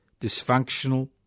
dysfunctional